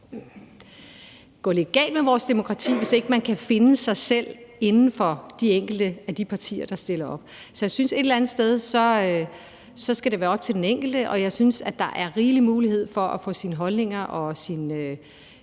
gå lidt galt med vores demokrati, hvis ikke man kan finde sig selv inden for de partier, der stiller op? Så jeg synes et eller andet sted, at det skal være op til den enkelte, og jeg synes, at der er rigelig mulighed for at få sine holdninger og